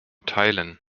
teilen